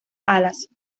alas